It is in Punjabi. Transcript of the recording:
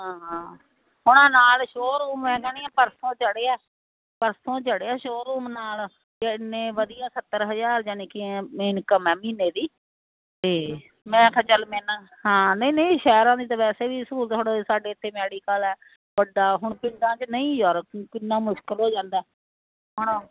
ਹਾਂ ਹਾਂ ਹੁਣ ਆਹ ਨਾਲ ਸ਼ੋਅਰੂਮ ਮੈਂ ਕਹਿੰਦੀ ਆ ਪਰਸੋਂ ਚੜਿਆ ਪਰਸੋਂ ਚੜਿਆ ਸ਼ੋਅਰੂਮ ਨਾਲ ਅਤੇ ਇੰਨੇ ਵਧੀਆਂ ਸੱਤਰ ਹਜ਼ਾਰ ਯਾਨੀ ਕੇ ਵੀ ਇੰਨਕਮ ਹੈ ਮਹੀਨੇ ਦੀ ਤੇ ਮੈਂ ਕਿਹਾ ਚੱਲ ਇਹਨਾਂ ਨੂੰ ਹਾਂ ਨਹੀਂ ਨਹੀਂ ਸ਼ਹੀਰਾਂ ਵਿੱਚ ਤਾਂ ਵੈਸੇ ਵੀ ਸਹੁਲੂਤ ਸਾਡੇ ਇੱਥੇ ਮੈਡੀਕਲ ਹੈ ਵੱਡਾ ਹੁਣ ਪਿੰਡਾਂ 'ਚ ਨਹੀਂ ਹੈ ਕਿੰਨਾ ਮੁਸ਼ਕਿਲ ਹੋ ਜਾਂਦਾ ਹੁਣ